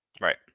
Right